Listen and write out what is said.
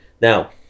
Now